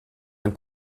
ein